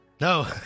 No